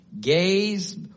gaze